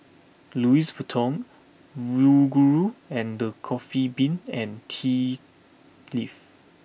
Louis Vuitton Yoguru and the Coffee Bean and Tea Leaf